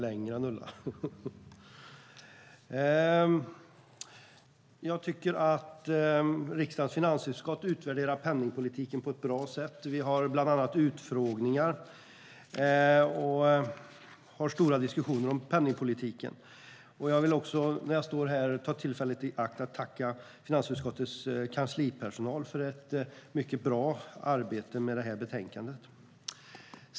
Fru talman! Jag tycker att riksdagens finansutskott utvärderar penningpolitiken på ett bra sätt. Vi har bland annat utfrågningar och stora diskussioner om penningpolitiken. Jag vill när jag står här ta tillfället i akt och tacka finansutskottets kanslipersonal för ett mycket bra arbete med betänkandet.